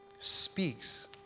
speaks